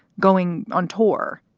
going on tour.